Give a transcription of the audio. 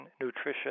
nutrition